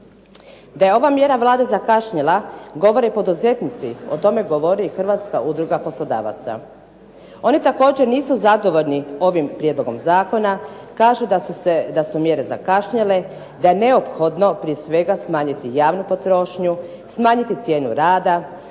Da je ova mjera Vlade zakašnjela govore poduzetnici, o tome govori i Hrvatska udruga poslodavaca. Oni također nisu zadovoljni ovim Prijedlogom zakona, kažu da su mjere zakašnjele, da neophodno prije svega smanjiti javnu potrošnju, smanjiti cijenu rada,